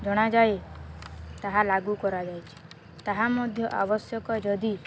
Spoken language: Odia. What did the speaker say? ଜଣାଯାଏ ତାହା ଲାଗୁ କରାଯାଇଛି ତାହା ମଧ୍ୟ ଆବଶ୍ୟକ ଯଦି